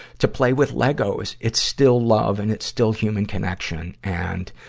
to play with legos. it's still love, and it's still human connection and,